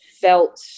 felt